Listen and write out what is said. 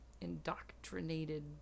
indoctrinated